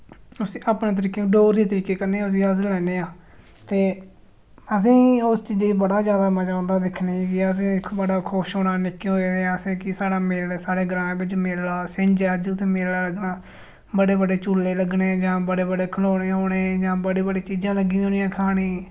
उस्सी अपने तरीके डोगरी तरीके कन्नै उस्सी अस लैन्ने आं ते असें ई उस चीजे ई बड़ा जैदा मजा औंदा दिक्खने गी अस इक बड़ा खुश होना निक्के होए दे असें कि साढ़ा मेला साढ़े ग्रां बिच मेला सिंझ ऐ अज्ज उत्थै मेला लग्गना बड़े बड़े झूले लग्गने कि हां बड़े बड़े खड़ोने होने जां बड़ी बड़ी चीजां लग्गी दियां होनियां खाने